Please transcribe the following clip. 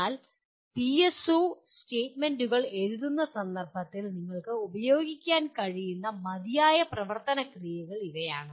എന്നാൽ പിഎസ്ഒ സ്റ്റേറ്റ്മെന്റുകൾ എഴുതുന്ന സന്ദർഭത്തിൽ നിങ്ങൾക്ക് ഉപയോഗിക്കാൻ കഴിയുന്ന മതിയായ പ്രവർത്തന ക്രിയകൾ ഇവയാണ്